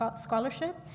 Scholarship